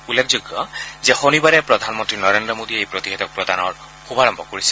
উল্লেখযোগ্য যে শনিবাৰে প্ৰধানমন্ত্ৰী নৰেন্দ্ৰ মোডীয়ে এই প্ৰতিষেধক প্ৰদানৰ শুভাৰম্ভ কৰিছিল